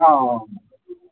औ